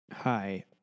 Hi